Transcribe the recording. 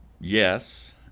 Yes